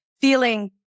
feeling